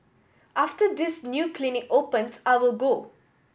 after this new clinic opens I will go